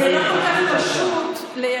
זה חשוב מאוד,